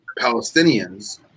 Palestinians